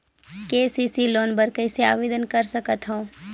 KCC loan बर कइसे आवेदन कर सकथव?